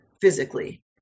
physically